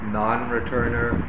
non-returner